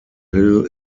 hill